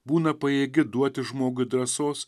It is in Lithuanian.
būna pajėgi duoti žmogui drąsos